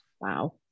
Wow